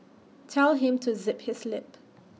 tell him to zip his lip